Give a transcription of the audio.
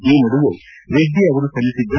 ಈ ನಡುವೆ ರೆಡ್ಡಿ ಅವರು ಸಲ್ಲಿಸಿದ್ದ